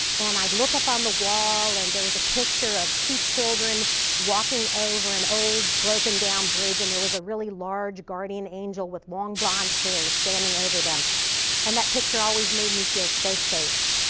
and i'd look up on the wall and there was a picture of two children walking over an old broken down bridge. and there was a really large guardian angel with long blonde hair standing over them and that picture always made me feel so safe.